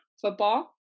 football